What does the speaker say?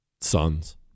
sons